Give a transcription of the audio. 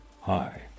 Hi